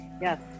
yes